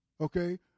okay